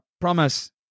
promise